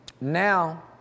Now